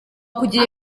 kugira